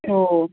हो